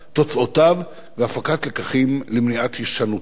תוצאותיו והפקת לקחים למניעת הישנותו.